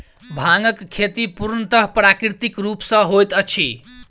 भांगक खेती पूर्णतः प्राकृतिक रूप सॅ होइत अछि